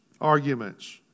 Arguments